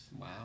Wow